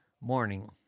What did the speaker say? morning